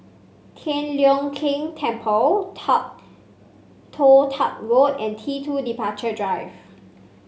Tian Leong Keng Temple Toh Toh Tuck Road and T two Departure Drive